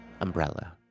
umbrella